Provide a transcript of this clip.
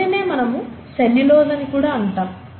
దీనినే మనము సెల్యులోస్ అని కూడా అంటాము